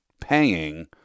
paying